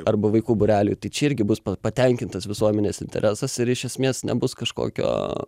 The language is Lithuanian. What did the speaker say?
arba vaikų būreliui tai čia irgi bus patenkintas visuomenės interesas ir iš esmės nebus kažkokio